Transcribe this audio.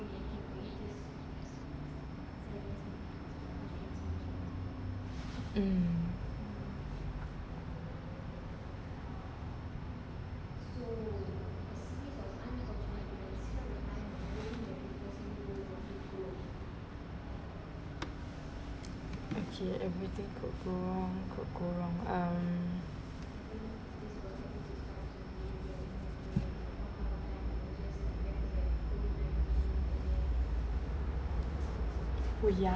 mm okay everything could go wrong could go wrong um ya